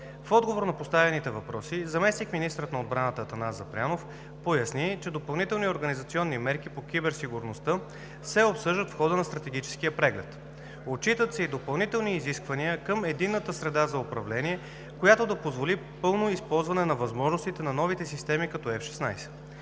В отговор на поставените въпроси заместник-министърът на отбраната Атанас Запрянов поясни, че допълнителни организационни мерки по киберсигурността се обсъждат в хода на Стратегическия преглед. Отчитат се и допълнителни изисквания към единната среда за управление, която да позволи пълно използване на възможностите на новите системи като F-16.